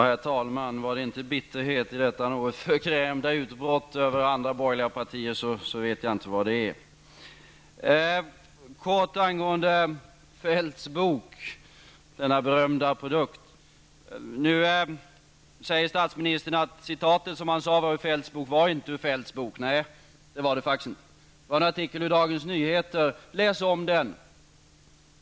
Herr talman! Var det inte bitterhet i detta något förgrämda utbrott över borgerliga partier, så vet jag inte vad det är. Kort angående Feldts bok, denna berömda produkt. Nu säger statsministern att det citat som han sade kom från Feldts bok inte kom från Feldts bok. Nej, det gjorde det faktiskt inte. Det var en artikel i Dagens Nyheter. Läs om den!